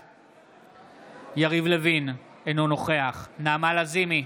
בעד יריב לוין, אינו נוכח נעמה לזימי,